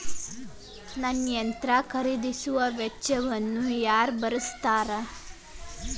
ನನ್ನ ಯಂತ್ರ ಖರೇದಿಸುವ ವೆಚ್ಚವನ್ನು ಯಾರ ಭರ್ಸತಾರ್?